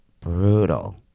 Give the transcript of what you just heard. brutal